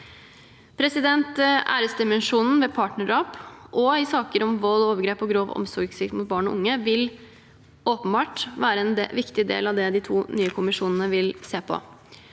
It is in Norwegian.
sak. Æresdimensjonen ved partnerdrap og i saker om vold og overgrep og grov omsorgssvikt mot barn og unge vil åpenbart være en viktig del av det de to nye kommisjonene vil se på.